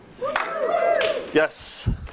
Yes